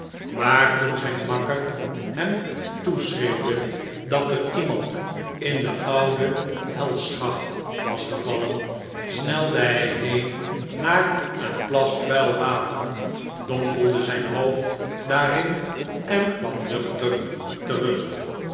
maar toen zijn makker hem toeschreeuwde dat er iemand in de oude helschacht was gevallen snelde hi heen naar een plas vuil water dompelde zijn hoofd daarin en kwam nuchter terug